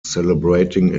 celebrating